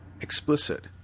explicit